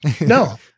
No